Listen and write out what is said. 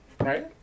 Right